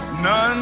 None